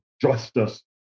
justice